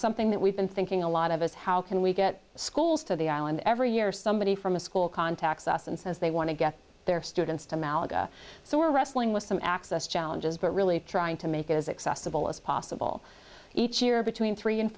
something that we've been thinking a lot of us how can we get schools to the island every year somebody from a school contacts us and says they want to get their students to malaga so we're wrestling with some access challenges but really trying to make it as excessive all as possible each year between three and